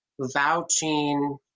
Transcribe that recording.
vouching